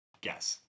guess